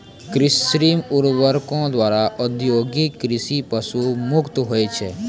कृत्रिम उर्वरको वाला औद्योगिक कृषि पशु मुक्त होय छै